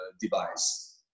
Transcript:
device